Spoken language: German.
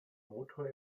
motor